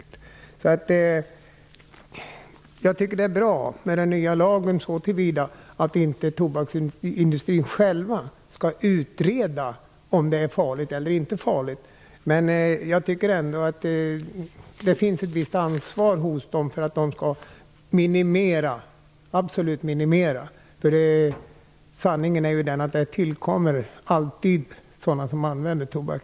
Den nya lagen är bra så till vida att det inte är tobaksindustrin själv som skall utreda om tobaksbruket är farligt eller inte, men jag menar att tobaksindustrin ändå har ett visst ansvar att minimera bruket. Bruket måste absolut minimeras, eftersom sanningen är den att det alltid tillkommer nya användare av tobak.